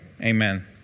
Amen